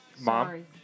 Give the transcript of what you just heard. Mom